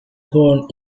born